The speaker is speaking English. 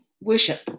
worship